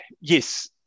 yes